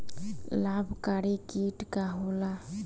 लाभकारी कीट का होला?